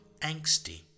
angsty